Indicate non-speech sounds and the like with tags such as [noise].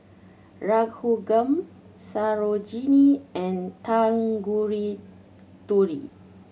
Raghuram Sarojini and [unintelligible]